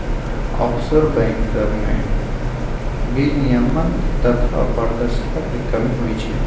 offshore bank सभमें विनियमन तथा पारदर्शिता के कमी होइ छइ